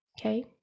okay